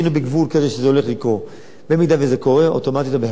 אוטומטית הבחירות לרשויות יידחו ב-x חודשים,